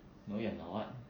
no you're not